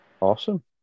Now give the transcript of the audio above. Awesome